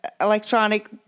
electronic